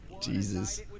Jesus